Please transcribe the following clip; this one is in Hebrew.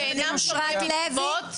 עורכת הדין אושרת לוי,